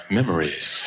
memories